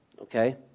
Okay